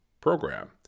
program